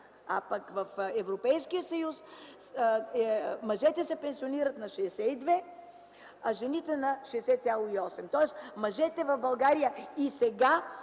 В Европейския съюз мъжете се пенсионират на 62, а жените – на 60,8. Мъжете в България и сега